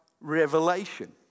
revelation